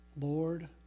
Lord